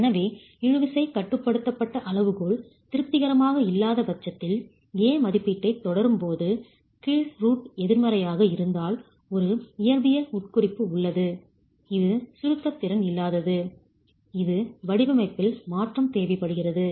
எனவே இழு விசைகட்டுப்படுத்தப்பட்ட அளவுகோல் திருப்திகரமாக இல்லாத பட்சத்தில் a மதிப்பீட்டைத் தொடரும்போது கீழ் ரூட் எதிர்மறையாக இருந்தால் ஒரு இயற்பியல் உட்குறிப்பு உள்ளது இது சுருக்க திறன் இல்லாதது இது வடிவமைப்பில் மாற்றம் தேவைப்படுகிறது